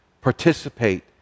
Participate